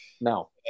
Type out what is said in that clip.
No